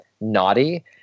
naughty